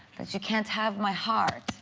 but you can't have my heart,